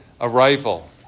arrival